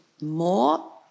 more